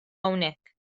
hawnhekk